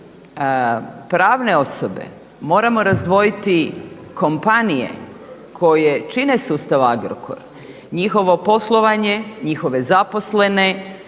pravne osobe, moramo razdvojiti kompanije koje čine sustav Agrokor, njihovo poslovanje, njihove zaposlene,